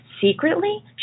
secretly